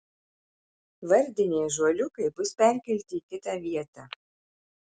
vardiniai ąžuoliukai bus perkelti į kitą vietą